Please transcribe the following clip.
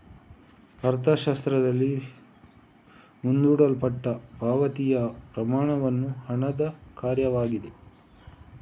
ಅರ್ಥಶಾಸ್ತ್ರದಲ್ಲಿ, ಮುಂದೂಡಲ್ಪಟ್ಟ ಪಾವತಿಯ ಪ್ರಮಾಣವು ಹಣದ ಕಾರ್ಯವಾಗಿದೆ